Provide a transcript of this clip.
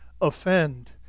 offend